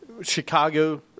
Chicago –